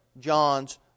John's